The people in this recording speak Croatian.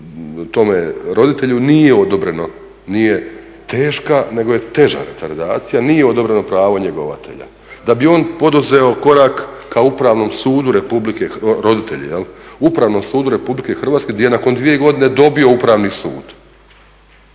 tome roditelju nije odobreno. Nije teška nego je teža retardacija, nije odobreno pravo njegovatelja. Da bi on poduzeo korak ka Upravnom sudu RH, roditelj jel', Upravnom sudu RH gdje je nakon dvije godine dobio upravni spor.